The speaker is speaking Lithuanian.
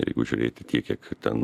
ir jeigu žiūrėti tiek kiek ten